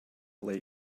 late